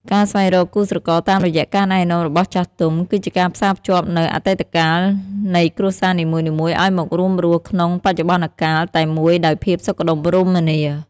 ការស្វែងរកគូស្រករតាមរយៈការណែនាំរបស់ចាស់ទុំ គឺជាការផ្សារភ្ជាប់នូវ "អតីតកាល" នៃគ្រួសារនីមួយៗឱ្យមករួមរស់ក្នុង "បច្ចុប្បន្នកាល" តែមួយដោយភាពសុខដុមរមនា។